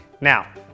Now